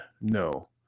No